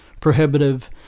prohibitive